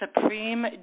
Supreme